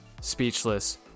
speechless